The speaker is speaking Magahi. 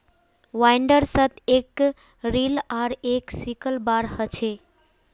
बाइंडर्सत एक रील आर एक सिकल बार ह छे